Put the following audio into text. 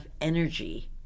energy